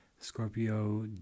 Scorpio